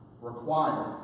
required